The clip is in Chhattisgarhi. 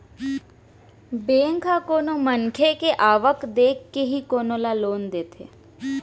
बेंक ह कोनो मनखे के आवक देखके ही कोनो ल लोन देथे